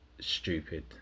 stupid